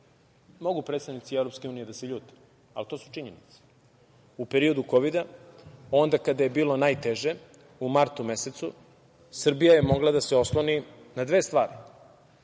mogu predstavnici EU da se ljute, ali to su činjenice, u periodu kovida, onda kada je bilo najteže, u martu mesecu, Srbija je mogla da se osloni na dve stvari.